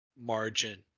margin